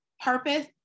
Purpose